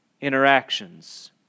interactions